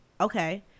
Okay